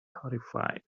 horrified